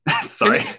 Sorry